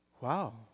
Wow